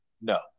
No